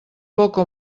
poca